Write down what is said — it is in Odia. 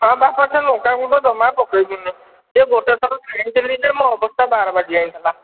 ହଁ ବାପ ସେ ଲଙ୍କା ଗୁଣ୍ଡ ଜମା ପକାଇବୁନି ସେ ଗୋଟେ ଥର ଖାଇଥିଲି ଯେ ମୋ ଅବସ୍ଥା ବାର ବାଜି ଯାଇଥିଲା